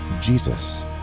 Jesus